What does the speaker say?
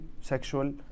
sexual